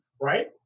right